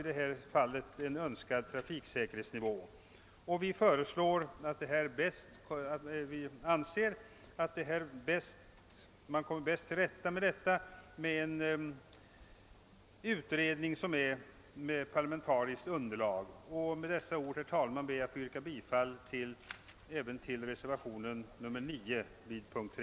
Vi hemställer därför i reservationen att anslaget i enlighet med trafiksäkerhetsrådets äskande fastställes till 3 946 000 kronor.